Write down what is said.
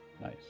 nice